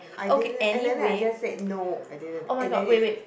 I didn't and then I just say no I didn't and then it just